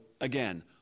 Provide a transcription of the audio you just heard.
again